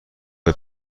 مدت